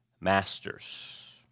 masters